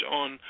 on